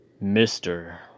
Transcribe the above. Mister